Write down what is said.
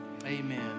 Amen